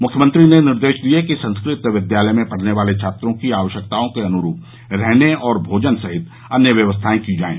मृख्यमंत्री ने निर्देश दिये कि संस्कृत विद्यालयों में पढ़ने वाले छात्रों की आवश्यकताओं के अनुरूप रहने और भोजन सहित अन्य व्यवस्थाएं की जायें